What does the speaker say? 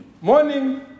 Morning